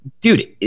dude